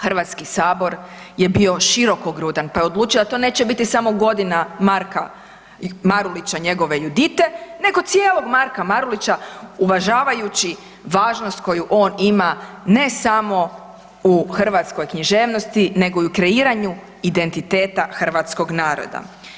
HS je bio širokogrudan pa je odlučio da to neće biti samo Godina Marka Marulića i njegove Judite nego cijelog Marka Marulića uvažavajući važnost koju on ima, ne samo u hrvatskoj knjiženosti nego i kreiranju identiteta hrvatskog naroda.